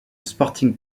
sporting